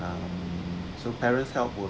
so parents help will